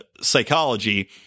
psychology